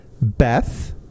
Beth